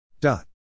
dot